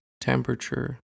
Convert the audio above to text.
temperature